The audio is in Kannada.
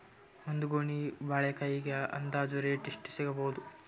ಒಂದ್ ಗೊನಿ ಬಾಳೆಕಾಯಿಗ ಅಂದಾಜ ರೇಟ್ ಎಷ್ಟು ಸಿಗಬೋದ?